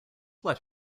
led